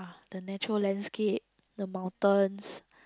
the natural landscape the mountains